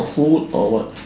food or what